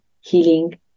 healing